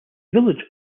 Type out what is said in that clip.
village